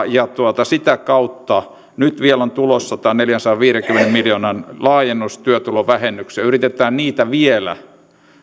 ja sitä kautta nyt kun on vielä tulossa tämä neljänsadanviidenkymmenen miljoonan laajennus työtulovähennykseen yritetään niitä vielä